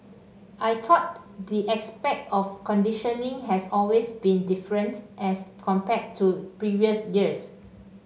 I thought the aspect of conditioning has always been different as compared to previous years